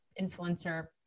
influencer